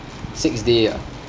six day ah